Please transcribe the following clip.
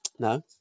No